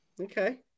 Okay